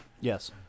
Yes